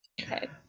Okay